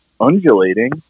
undulating